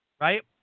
Right